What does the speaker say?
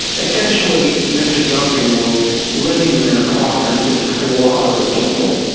essentially mr duncan was living in an apartment with four other people,